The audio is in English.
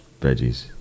Veggies